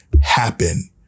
happen